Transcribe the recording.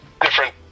different